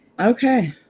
Okay